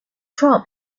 crop